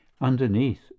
Underneath